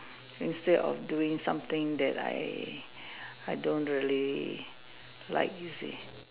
instead of doing something that I I don't really like you see